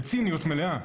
בציניות מלאה,